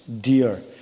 dear